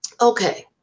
Okay